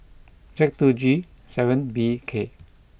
Z two G seven B K